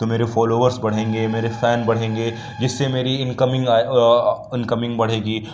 تو میرے فالوورس بڑھیں گے میرے فین بڑھیں گے جس سے میری ان کمنگ ان کمنگ بڑھے گی